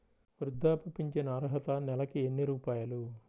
వృద్ధాప్య ఫింఛను అర్హత నెలకి ఎన్ని రూపాయలు?